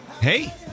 hey